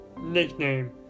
nickname